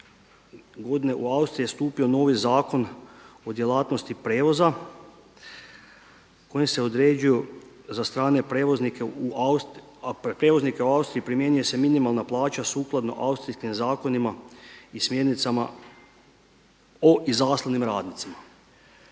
godine u Austriji je stupio novi Zakon o djelatnosti prijevoza kojim se određuju za strane prijevoznike, a na prijevoznike u Austriji primjenjuje se minimalna plaća sukladno austrijskim zakonima i smjernicama o izaslanim radnicima.